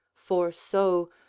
for so,